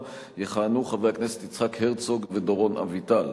יכהנו חברי הכנסת יצחק הרצוג ודורון אביטל.